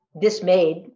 dismayed